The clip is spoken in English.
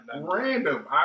Random